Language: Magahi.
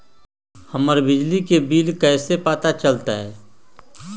हमर बिजली के बिल कैसे पता चलतै?